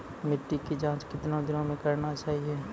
मिट्टी की जाँच कितने दिनों मे करना चाहिए?